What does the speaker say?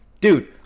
dude